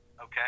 Okay